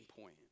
point